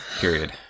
Period